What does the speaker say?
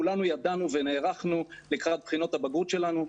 כולנו ידענו ונערכנו לקראת בחינות הבגרות שלנו.